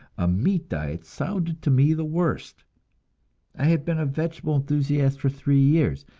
a meat diet sounded to me the worst i had been a vegetable enthusiast for three years,